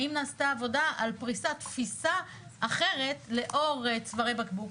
האם נעשתה עבודה על פריסת תפיסה אחרת לאור צווארי בקבוק,